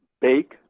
Bake